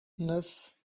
neuf